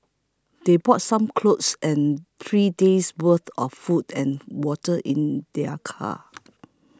they brought some clothes and three days' worth of food and water in their car